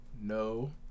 No